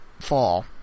fall